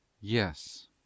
yes